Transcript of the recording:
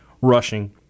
rushing